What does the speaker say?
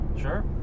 Sure